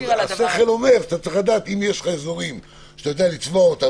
השכל אומר: אתה צריך לדעת אם יש לך אזורים שאתה יודע לצבוע אותם,